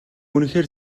үнэхээр